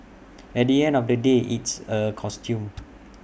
at the end of the day it's A costume